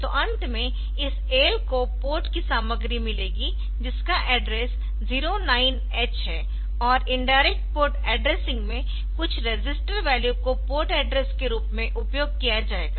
तो अंत में इस AL को पोर्ट की सामग्री मिलेगी जिसका एड्रेस 09H है और इनडायरेक्ट पोर्ट एड्रेसिंग में कुछ रजिस्टर वैल्यू को पोर्ट एड्रेस के रूप में उपयोग किया जाएगा